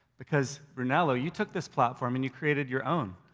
because brunello, you took this platform and you created your own.